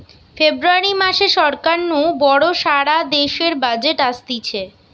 ফেব্রুয়ারী মাসে সরকার নু বড় সারা দেশের বাজেট অসতিছে